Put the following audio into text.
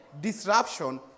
disruption